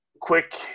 quick